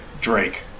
drake